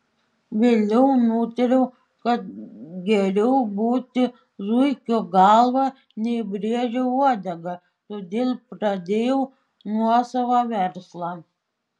vėliau nutariau kad geriau būti zuikio galva nei briedžio uodega todėl pradėjau nuosavą verslą